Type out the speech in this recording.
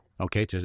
Okay